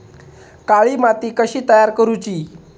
काळी माती कशी तयार करूची?